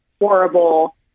horrible